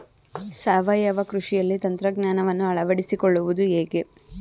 ಸಾವಯವ ಕೃಷಿಯಲ್ಲಿ ತಂತ್ರಜ್ಞಾನವನ್ನು ಅಳವಡಿಸಿಕೊಳ್ಳುವುದು ಹೇಗೆ?